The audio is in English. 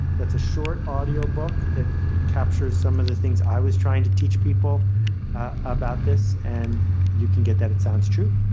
that's a short audio book that captures some of the things i was trying to teach people about this, and you can get that at sounds true.